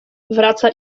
wraca